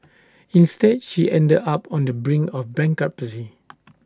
instead she ended up on the brink of bankruptcy